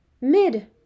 mid